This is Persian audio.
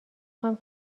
خوام